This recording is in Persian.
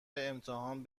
امتحان